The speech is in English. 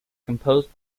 composed